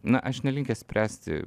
na aš nelinkęs spręsti